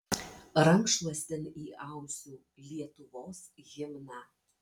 rankšluostin įausiu lietuvos himną